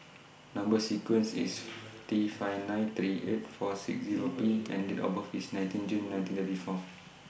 Number sequence IS T five nine three eight four six Zero P and Date of birth IS nineteen June nineteen thirty four